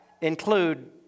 include